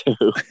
two